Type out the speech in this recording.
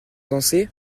danser